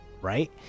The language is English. right